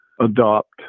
adopt